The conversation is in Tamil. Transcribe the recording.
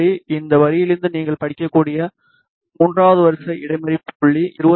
இந்த வரியிலிருந்து நீங்கள் படிக்கக்கூடிய மூன்றாவது வரிசை இடைமறிப்பு புள்ளி 29